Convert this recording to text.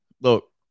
look